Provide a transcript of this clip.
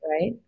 right